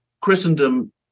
Christendom